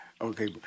Okay